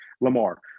Lamar